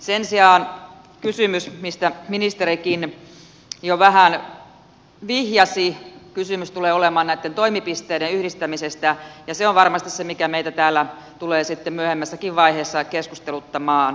sen sijaan kysymys mistä ministerikin jo vähän vihjasi tulee olemaan näiden toimipisteiden yhdistämisestä ja se on varmasti se mikä meitä täällä tulee sitten myöhemmässäkin vaiheessa keskusteluttamaan